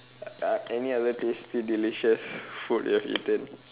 uh any other tasty delicious food you've eaten